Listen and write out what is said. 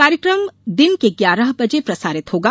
कार्यक्रम दिन के ग्यारह बजे प्रसारित होगा